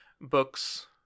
books